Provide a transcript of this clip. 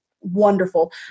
wonderful